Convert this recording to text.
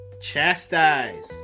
Chastise